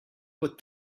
but